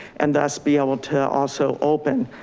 and thus be able to also open.